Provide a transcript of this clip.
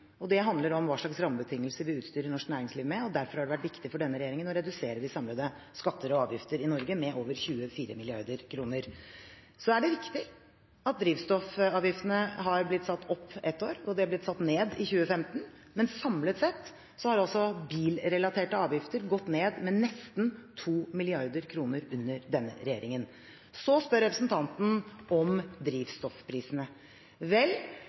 og det handler om hva slags rammebetingelser vi utstyrer norsk næringsliv med. Derfor har det vært viktig for denne regjeringen å redusere de samlede skatter og avgifter i Norge med over 24 mrd. kr. Så er det riktig at drivstoffavgiftene har blitt satt opp ett år, og de ble satt ned i 2015, men samlet sett har bilrelaterte avgifter gått ned med nesten 2 mrd. kr under denne regjeringen. Representanten spør om drivstoffprisene. Vel,